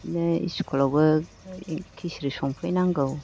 बिदिनो स्कुलावबो खिस्रि संफैनांगौ